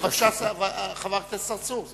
בבקשה, חבר הכנסת צרצור,